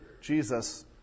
Jesus